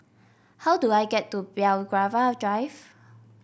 how do I get to Belgravia Drive